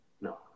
No